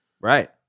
Right